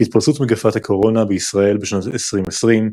התפרצות מגפת הקורונה בישראל בשנת 2020,